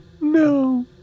No